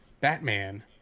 Batman